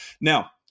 Now